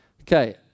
okay